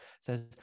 says